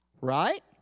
Right